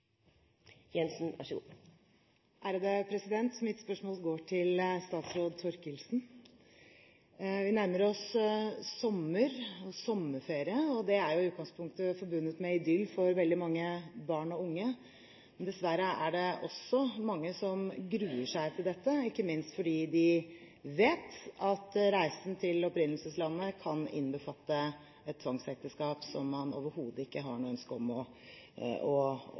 Mitt spørsmål går til statsråd Thorkildsen. Vi nærmer oss sommer og sommerferie, og det er i utgangspunktet forbundet med idyll for veldig mange barn og unge. Dessverre er det også mange som gruer seg til dette, ikke minst fordi de vet at reisen til opprinnelseslandet kan innbefatte et tvangsekteskap som man overhodet ikke har noe ønske om å